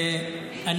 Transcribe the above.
כן.